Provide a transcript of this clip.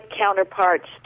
counterparts